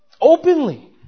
openly